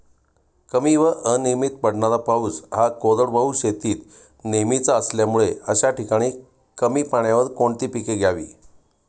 कमी व अनियमित पडणारा पाऊस हा कोरडवाहू शेतीत नेहमीचा असल्यामुळे अशा ठिकाणी कमी पाण्यावर कोणती पिके घ्यावी?